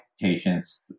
patients